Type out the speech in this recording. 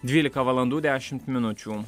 dvylika valandų dešimt minučių